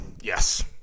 Yes